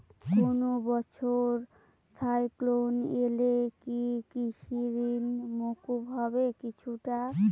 কোনো বছর সাইক্লোন এলে কি কৃষি ঋণ মকুব হবে কিছুটা?